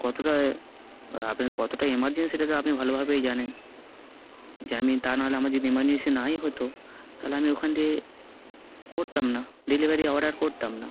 কতটা আপনার কতটা এমার্জেন্সিটা তো আপনি ভালোভাবেই জানেন যে আমি তা নাহলে আমার যদি এমার্জেন্সি নাই হতো তাহলে আমি ওখান দিয়ে করতাম না ডেলিভারি অর্ডার করতাম না